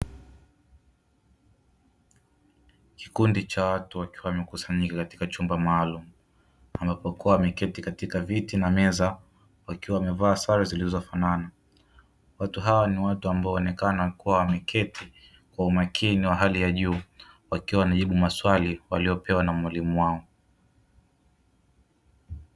Kikundi cha watu wakiwa wamekusanyika katika chumba maalumu, ambapo kuwa wameketi katika viti na meza, wakiwa wamevaa sare zilizofanana. Watu hawa ni watu ambao huonekana kuwa wameketi kwa umakini wa hali ya juu wakiwa wanajibu maswali waliopewa na mwalimu wao.